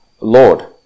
Lord